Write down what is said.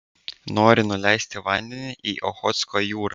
nori nuleisti vandenį į ochotsko jūrą